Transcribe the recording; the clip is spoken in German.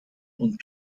und